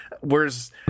Whereas